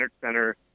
Center